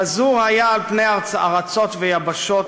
פזור היה על פני ארצות ויבשות,